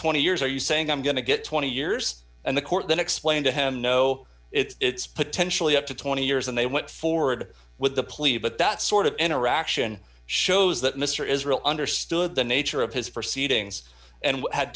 twenty years are you saying i'm going to get twenty years and the court then explained to him no it's potentially up to twenty years and they went forward with the police but that sort of interaction shows that mr israel understood the nature of his for seatings and had